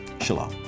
Shalom